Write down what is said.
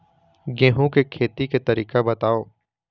गेहूं के खेती के तरीका बताव?